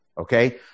Okay